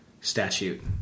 statute